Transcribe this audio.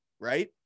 right